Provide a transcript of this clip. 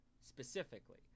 specifically